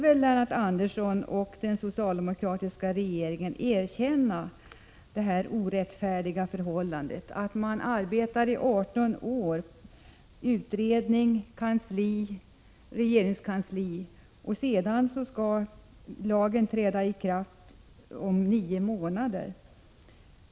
Den socialdemokratiska regeringen och Lennart Andersson måste väl erkänna att det är ett orättfärdigt förhållande att ett förarbete pågår i 18 år. Först görs det en utredning, sedan arbetar regeringskansliet, och så skall lagen träda i kraft om nio månader.